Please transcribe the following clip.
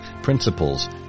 principles